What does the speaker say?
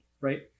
right